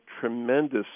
tremendous